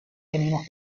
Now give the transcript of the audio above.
tenemos